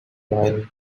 while